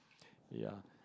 yeah